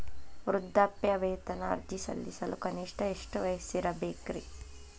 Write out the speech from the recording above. ವೃದ್ಧಾಪ್ಯವೇತನ ಅರ್ಜಿ ಸಲ್ಲಿಸಲು ಕನಿಷ್ಟ ಎಷ್ಟು ವಯಸ್ಸಿರಬೇಕ್ರಿ?